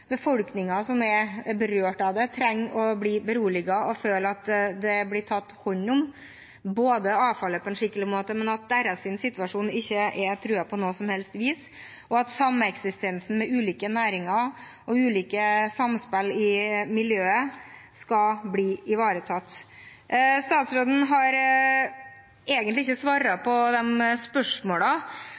som er berørt, trenger å bli beroliget og føle både at avfallet blir tatt hånd om på en skikkelig måte, at deres situasjon ikke blir truet på noe som helst vis, og at sameksistensen med ulike næringer og ulike samspill i miljøet skal bli ivaretatt. Statsråden har egentlig ikke svart på